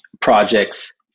projects